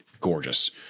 gorgeous